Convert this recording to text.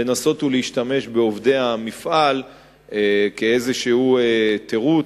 לנסות ולהשתמש בעובדי המפעל כאיזה תירוץ,